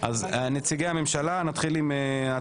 עוברים לנושא הראשון: בקשת הממשלה להקדמת הדיון בהצעות החוק הבאות